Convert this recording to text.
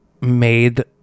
made